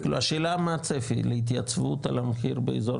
השאלה מה הצפי להתייצבות על המחיר באזור